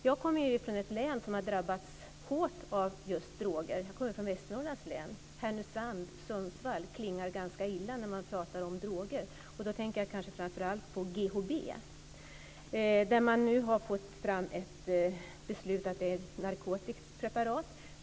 Jag kommer från ett län som har drabbats hårt av just droger. Jag kommer från Västernorrlands län. Härnösand och Sundsvall klingar ganska illa när man pratar om droger. Jag tänker framför allt på GHB. Nu har man fått fram ett beslut om att det är ett narkotiskt preparat.